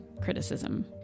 criticism